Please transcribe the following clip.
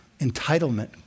entitlement